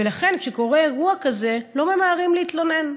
ולכן, כשקורה אירוע כזה, לא ממהרים להתלונן.